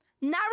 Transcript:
now